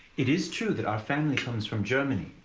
it is true that our family comes from germany,